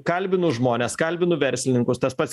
kalbinu žmones kalbinu verslininkus tas pats